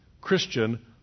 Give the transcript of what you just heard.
Christian